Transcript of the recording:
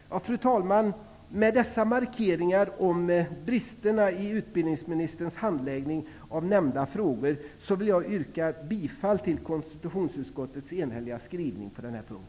Med dessa markeringar om bristerna i utbildningsministerns handläggning av nämnda frågor vill jag yrka bifall till konstitutionsutskottets enhälliga skrivning på denna punkt.